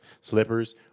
Slippers